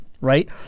right